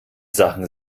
sachen